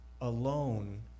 alone